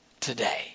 today